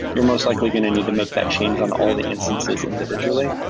you're most likely going to need to make that change on all the instances individually.